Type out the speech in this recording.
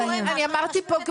אני אמרתי פה גמישות.